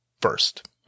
first